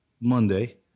Monday